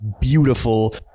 beautiful